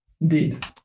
Indeed